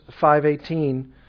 5.18